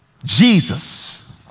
Jesus